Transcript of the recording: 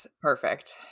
perfect